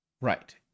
Right